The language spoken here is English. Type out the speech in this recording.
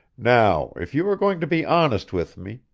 now, if you are going to be honest with me,